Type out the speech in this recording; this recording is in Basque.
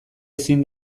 ezin